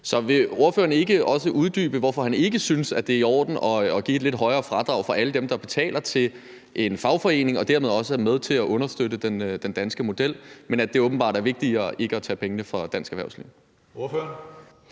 Så vil ordføreren ikke uddybe, hvorfor han ikke synes, det er i orden at give et lidt højere fradrag til alle dem, der betaler til en fagforening og dermed også er med til at understøtte den danske model, men at det åbenbart er vigtigere ikke at tage pengene fra dansk erhvervsliv?